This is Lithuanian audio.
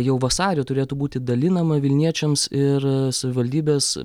jau vasarį turėtų būti dalinama vilniečiams ir savivaldybės